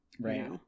Right